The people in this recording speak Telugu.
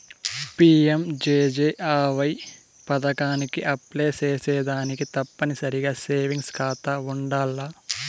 పి.యం.జే.జే.ఆ.వై పదకానికి అప్లై సేసేదానికి తప్పనిసరిగా సేవింగ్స్ కాతా ఉండాల్ల